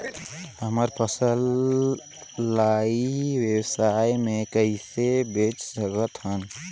हमर फसल ल ई व्यवसाय मे कइसे बेच सकत हन?